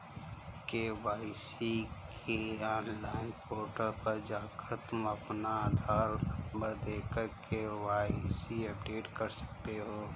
KYC के online portal पर जाकर तुम अपना आधार नंबर देकर के.वाय.सी अपडेट कर सकते हो